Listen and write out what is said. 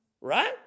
Right